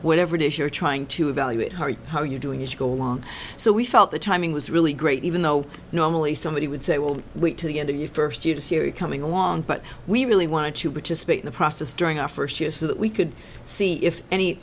whatever it is you're trying to evaluate hard how you're doing as you go along so we felt the timing was really great even though normally somebody would say well wait to the end of your first year to see it coming along but we really wanted to participate in the process during our first year so that we could see if any